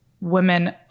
women